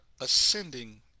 ascending